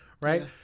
Right